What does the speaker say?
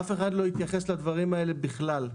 אף אחד לא התייחס לדברים האלה בכלל.